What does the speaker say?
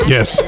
Yes